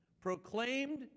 Proclaimed